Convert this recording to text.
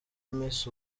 miss